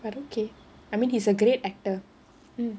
I don't care I mean he's a great actor mm